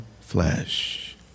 flesh